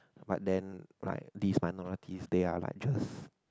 but then like these that minorities they are like just